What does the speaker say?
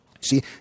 See